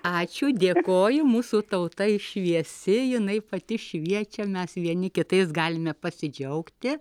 ačiū dėkoju mūsų tauta ji šviesi jinai pati šviečia mes vieni kitais galime pasidžiaugti